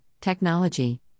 technology